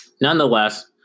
nonetheless